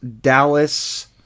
Dallas